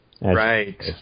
Right